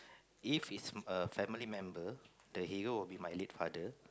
if is a family member the hero will be my late father